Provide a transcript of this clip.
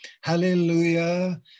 Hallelujah